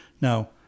Now